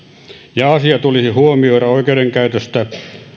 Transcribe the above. ja asia tulisi huomioida oikeudenkäytöstä